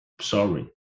sorry